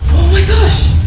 my gosh.